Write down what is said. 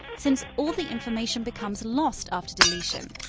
since all the information becomes lost after deletion.